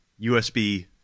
USB